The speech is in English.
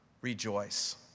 Rejoice